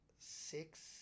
six